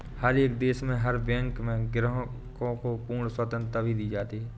हर एक देश में हर बैंक में ग्राहकों को पूर्ण स्वतन्त्रता भी दी जाती है